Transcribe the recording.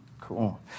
Cool